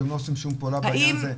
אתם לא עושים שום פעולה בעניין הזה?